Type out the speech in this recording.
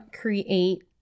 create